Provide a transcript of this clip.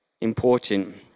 important